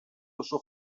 oso